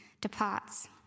departs